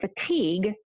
fatigue